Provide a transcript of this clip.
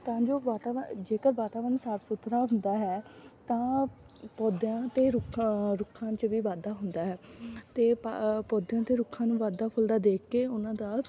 ਤਾਂ ਜੋ ਵਾਤਾਵਰਨ ਜੇਕਰ ਵਾਤਾਵਰਨ ਸਾਫ ਸੁਥਰਾ ਹੁੰਦਾ ਹੈ ਤਾਂ ਪੌਦਿਆਂ ਅਤੇ ਰੁੱਖ ਰੁੱਖਾਂ 'ਚ ਵੀ ਵਾਧਾ ਹੁੰਦਾ ਹੈ ਅਤੇ ਪ ਪੌਦਿਆਂ ਅਤੇ ਰੁੱਖਾਂ ਨੂੰ ਵੱਧਦਾ ਫੁੱਲਦਾ ਦੇਖ ਕੇ ਉਹਨਾਂ ਦਾ